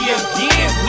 again